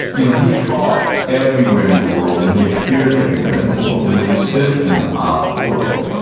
you know he fought everywhere in the world and he appeared everywhere in the world and was a citizen of the world.